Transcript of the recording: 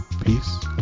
peace